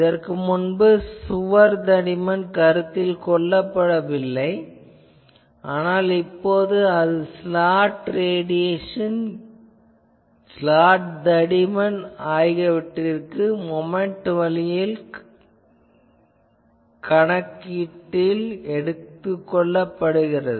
இதற்கு முன்பு சுவர் தடிமன் கருத்தில் கொள்ளப்படவில்லை ஆனால் இப்போது அது ஸ்லாட் ரேடியேஷன் ஸ்லாட் தடிமன் ஆகியவற்றிற்கு மொமென்ட் வழிமுறையில் கணக்கில் எடுத்துக் கொள்ளப்படுகிறது